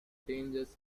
dangers